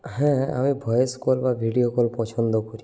হ্যাঁ আমি voice call বা ভিডিও কল পছন্দ করি